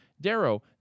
Darrow